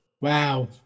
Wow